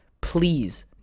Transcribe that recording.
Please